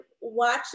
watch